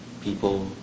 people